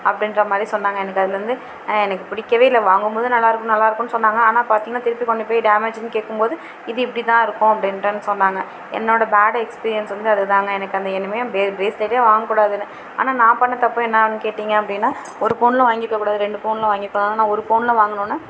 அப்படின்ற மாதிரி சொன்னாங்க எனக்கு அதுலந்து எனக்கு பிடிக்கவே இல்லை வாங்கம்மோது நல்லாயிருக்கும் நல்லாருக்குன்னு சொன்னாங்க ஆனால் பார்த்திங்கனா திருப்பி கொண்டு போய் டேமேஜின்னு கேட்கும்போது இது இப்படி தான் இருக்கும் அப்படின்டுன் சொன்னாங்க என்னோட பேட் எக்ஸ்பிரியன்ஸ் வந்து அது தாங்க எனக்கு அந்த இனிமே பே பிரேஸ்லெட்டே வாங்க்கூடாதுன்னு ஆனால் நான் பண்ண தப்பு என்னான்னா கேட்டிங்க அப்படின்னா ஒரு பவுனில் வாங்கிருக்கக்கூடாது ரெண்டு பவுனில் வாங்கிருக்கணும் ஆனால் நான் ஒரு பவுனில் வாங்கினொன்னே